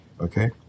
Okay